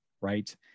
right